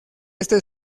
este